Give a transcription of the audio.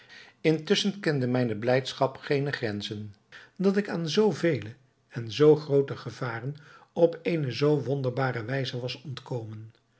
intusschen kende mijne blijdschap geene grenzen dat ik aan zoo vele en zoo groote gevaren op eene zoo wonderbare wijze was ontkomen